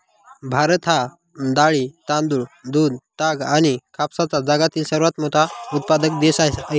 भारत हा डाळी, तांदूळ, दूध, ताग आणि कापसाचा जगातील सर्वात मोठा उत्पादक देश आहे